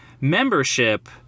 membership